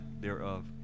thereof